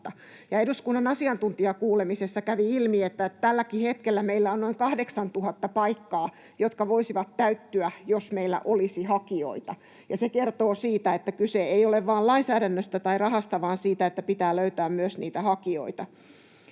eduskunnan asiantuntijakuulemisessa kävi ilmi, että tälläkin hetkellä meillä on noin 8 000 paikkaa, jotka voisivat täyttyä, jos meillä olisi hakijoita. Tämä kertoo siitä, että kyse ei ole vain lainsäädännöstä tai rahasta, vaan siitä, että pitää myös löytää niitä hakijoita.